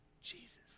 Jesus